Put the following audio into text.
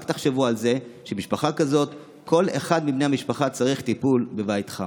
רק תחשבו שבמשפחה כזאת כל אחד מבני המשפחה צריך טיפול בבית חם.